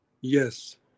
Yes